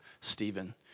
Stephen